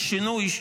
יש שינוי?